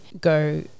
go